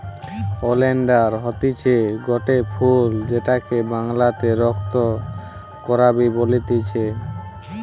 oleander হতিছে গটে ফুল যেটাকে বাংলাতে রক্ত করাবি বলতিছে